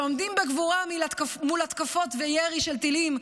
שעומדים בגבורה מול התקפות וירי של טילים,